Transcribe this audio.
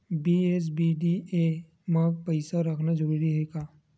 BSBDA मा पईसा रखना जरूरी हे का?